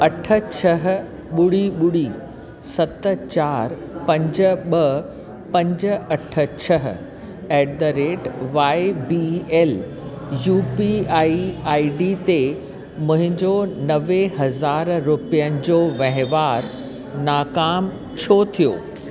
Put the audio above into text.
अठ छह ॿुड़ी ॿुड़ी सत चारि पंज ॿ पंज अठ छह at the rate Y B L U P I I D ते मुंहिंजो नवे हज़ार रुपियनि जो वहिंवारु नाकामु छो थियो